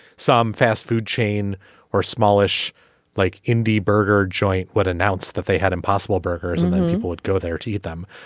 some fast food chain or smallish like indie burger joint would announce that they had impossible burgers and then people would go there to eat them.